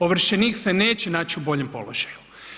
Ovršenik se neće naći u boljem položaju.